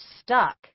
stuck